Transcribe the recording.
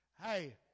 hey